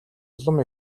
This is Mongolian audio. улам